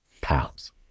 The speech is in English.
pals